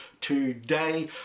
today